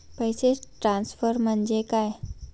पैसे ट्रान्सफर म्हणजे काय?